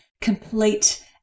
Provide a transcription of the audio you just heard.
complete